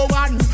one